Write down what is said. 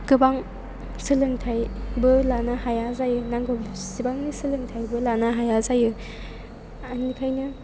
गोबां सोलोंथाइबो लानो हाया जायो नांगौसिबांनि सोलोंथाइबो लानो हाया जायो बेनिखायनो